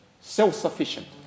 self-sufficient